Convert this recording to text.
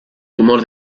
tumor